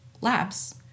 Labs